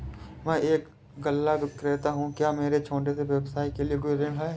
मैं एक गल्ला विक्रेता हूँ क्या मेरे छोटे से व्यवसाय के लिए कोई ऋण है?